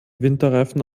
winterreifen